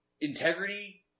integrity